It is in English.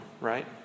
right